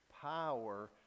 power